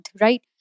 right